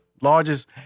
Largest